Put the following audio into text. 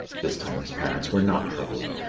this time his parents were not troubled.